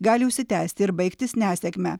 gali užsitęsti ir baigtis nesėkme